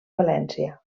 valència